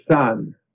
son